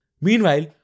Meanwhile